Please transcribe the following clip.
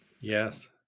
Yes